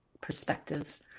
perspectives